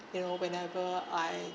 you know whenever I